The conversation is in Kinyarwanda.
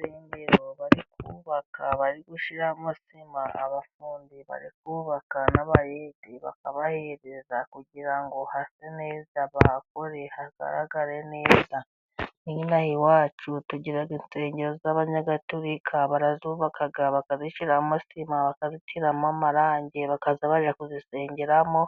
Urusengero bari kubaka bari gushiramo sima, abafundi bari kubaka n'abayede bakabahereza ,kugira ngo hase neza ,bahakore ,hagaragare neza ,nk'ino aha iwacu tugira insengero z'Abanyagatulika, barazubaka bakazishyiramo sima, bakazishyiramo amarangi, bakaza barajya kuzisengeramo